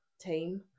team